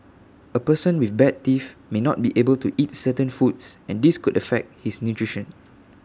A person with bad teeth may not be able to eat certain foods and this could affect his nutrition